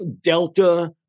delta